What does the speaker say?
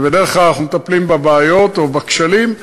ובדרך כלל אנחנו מטפלים בבעיות או בכשלים,